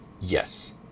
yes